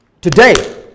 today